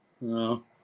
No